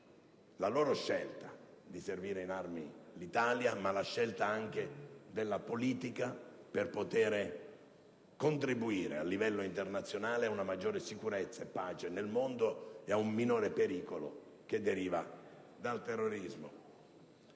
la loro scelta di servire in armi l'Italia, ma anche la scelta della politica di contribuire a livello internazionale a una maggiore sicurezza e pace nel mondo e a un minore pericolo derivante dal terrorismo.